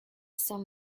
some